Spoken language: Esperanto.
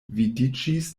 vidiĝis